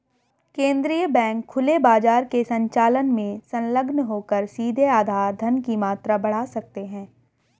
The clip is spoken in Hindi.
केंद्रीय बैंक खुले बाजार के संचालन में संलग्न होकर सीधे आधार धन की मात्रा बढ़ा सकते हैं